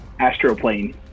Astroplane